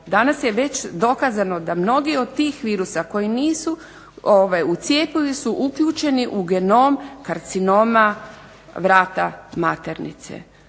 Danas je već dokazano da mnogi od tih virusa koji nisu u cjepivu su uključeni u genom karcinoma vrata maternice.